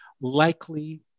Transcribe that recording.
likely